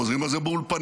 חוזרים על זה באולפנים,